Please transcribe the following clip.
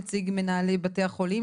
נציג מנהלי בתי החולים,